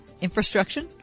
infrastructure